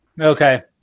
Okay